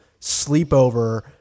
sleepover